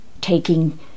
taking